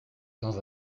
sans